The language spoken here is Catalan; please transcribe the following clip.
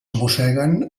mosseguen